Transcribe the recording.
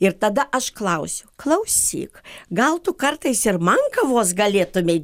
ir tada aš klausiu klausyk gal tu kartais ir man kavos galėtumei